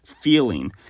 feeling